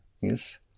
Yes